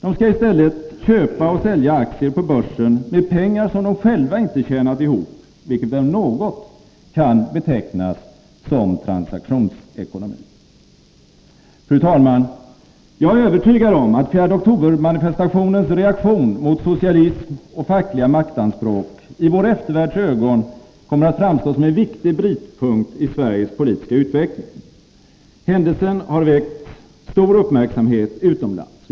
De skalli stället köpa och sälja aktier på börsen med pengar som de inte själva tjänat ihop, vilket väl om något kan betecknas som transaktionsekonomi. Fru talman! Jag är övertygad om att 4-oktobermanifestationens reaktion mot socialism och fackligt maktanspråk i vår eftervärlds ögon kommer att framstå som en viktig brytpunkt i Sveriges politiska utveckling. Händelsen har väckt stor uppmärksamhet utomlands.